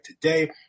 today